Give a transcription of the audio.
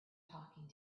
talking